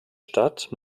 stadt